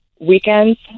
weekends